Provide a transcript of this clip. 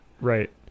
Right